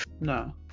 No